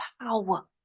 power